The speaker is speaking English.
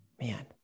Man